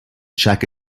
czech